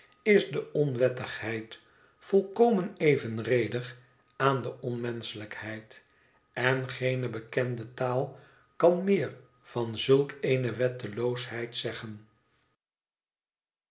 is de onwettigheid volkomen evenredig aan de onmenschelijkheid en geene bekende taal kan meer van zulk eene wetteloosheid zeggen